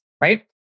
right